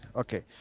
okay.